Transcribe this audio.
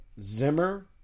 Zimmer